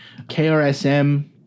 KRSM